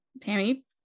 Tammy